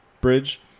bridge